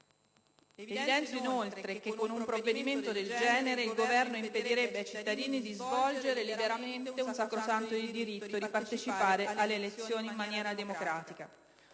Evidenzio, inoltre, che con un provvedimento del genere il Governo impedirebbe ai cittadini di avvalersi liberamente del sacrosanto diritto di partecipare alle elezioni in maniera democratica.